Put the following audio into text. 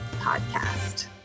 podcast